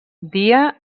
dia